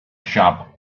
shop